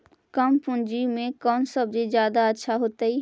कम पूंजी में कौन सब्ज़ी जादा अच्छा होतई?